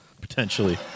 potentially